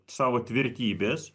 savo tvirtybės